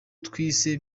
twize